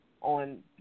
on